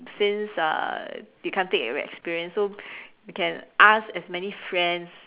since uh they can't take away experience so you can ask as many friends